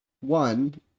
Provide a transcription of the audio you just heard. One